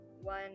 one